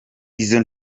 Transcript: izo